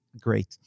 Great